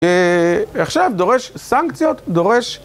עכשיו, דורש סנקציות, דורש...